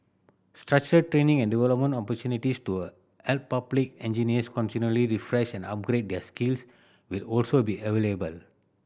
structured training and development opportunities to a help public engineers continually refresh and upgrade their skills will also be available